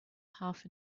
half